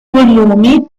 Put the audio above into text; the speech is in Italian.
volumi